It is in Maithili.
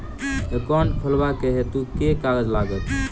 एकाउन्ट खोलाबक हेतु केँ कागज लागत?